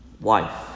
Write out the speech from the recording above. wife